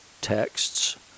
texts